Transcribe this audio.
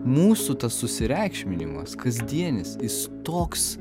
mūsų tas susireikšminimas kasdienis jis toks